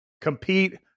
Compete